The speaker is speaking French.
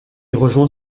rejoint